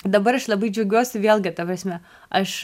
dabar aš labai džiaugiuosi vėlgi ta prasme aš